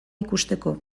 ikusteko